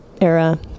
Era